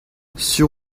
sur